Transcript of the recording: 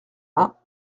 vingts